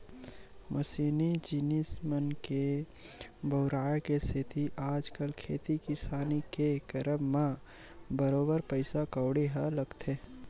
मसीनी जिनिस मन के बउराय के सेती आजकल खेती किसानी के करब म बरोबर पइसा कउड़ी ह लगथे